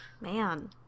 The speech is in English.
Man